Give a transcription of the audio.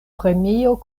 premio